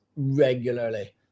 regularly